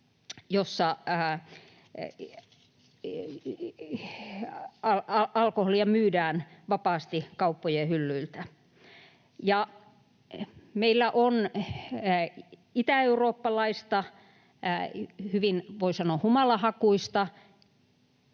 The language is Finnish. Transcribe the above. jossa alkoholia myydään vapaasti kauppojen hyllyiltä. Ja meillä on itäeurooppalaista, hyvin, voi sanoa, humalahakuista